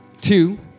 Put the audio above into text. two